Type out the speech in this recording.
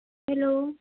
hello